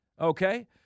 okay